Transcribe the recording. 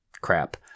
crap